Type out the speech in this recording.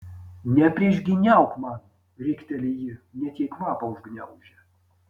nepriešgyniauk man rikteli ji net jai kvapą užgniaužia